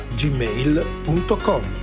gmail.com